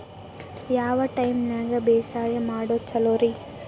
ಯಾವ ಟೈಪ್ ನ್ಯಾಗ ಬ್ಯಾಸಾಯಾ ಮಾಡೊದ್ ಛಲೋರಿ?